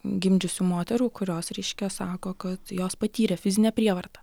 gimdžiusių moterų kurios reiškia sako kad jos patyrė fizinę prievartą